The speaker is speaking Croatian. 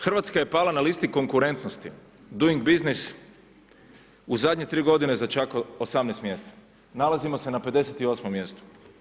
Hrvatska je pala na listi konkurentnosti, doing bussines u zadnje 3 godine za čak 18 mjesta, nalazimo se na 58. mjesta.